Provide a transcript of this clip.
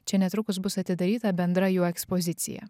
čia netrukus bus atidaryta bendra jų ekspozicija